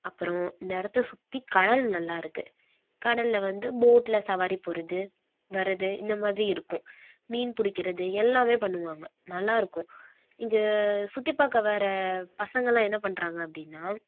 அப்புறம் இந்த இடத்தச் சுற்றி கடல் நல்லாயிருக்கு கடலில் வந்து போட்டில் சவாரி போகிறது வரது இந்தமாதிரி இருக்கும் மீன் பிடிக்கிறது எல்லாமே பண்ணுவாங்க நல்லாயிருக்கும் இங்கே சுற்றிப் பார்க்க வர பசங்களாம் என்ன பண்றாங்க அப்படினா